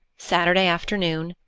saturday afternoon,